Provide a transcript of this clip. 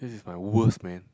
this is my worst man